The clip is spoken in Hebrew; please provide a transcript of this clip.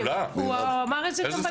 הפנים): הוא אמר את זה גם בדיונים הקודמים.